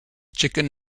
chicken